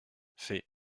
fais